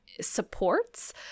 supports